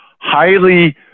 highly